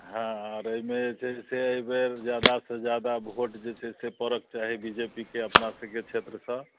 हँ आर अइमे जे छै से अइ बेर जादा सँ जादा वोट जे छै से पड़बाक चाही बी जे पी के अपना सबके क्षेत्रसँ